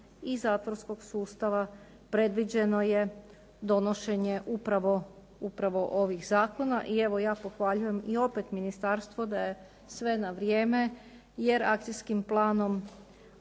i zatvorskog sustava predviđeno je donošenje upravo ovih zakona. I evo ja pohvaljujem i opet ministarstvo da je sve na vrijeme jer akcijskim planom